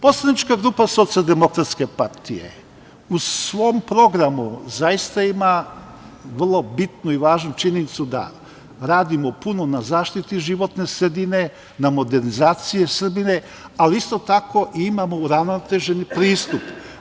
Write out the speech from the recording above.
Poslanička grupa SDP u svom programu zaista ima vrlo bitnu i važnu činjenicu da radimo puno na zaštiti životne sredine, na modernizacije Srbije, ali isto tako imamo uravnotežen pristup.